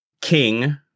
King